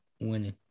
winning